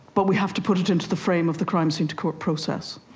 but we have to put it into the frame of the crime scene to court process.